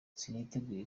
siniteguye